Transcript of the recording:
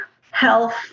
health